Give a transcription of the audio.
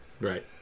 right